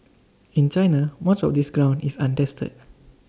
in China much of this ground is untested